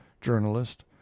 journalist